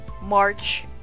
March